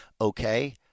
okay